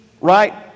right